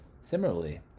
similarly